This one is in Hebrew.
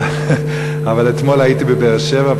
אבל אתמול הייתי בבאר-שבע,